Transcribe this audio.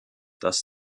das